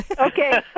okay